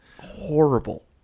horrible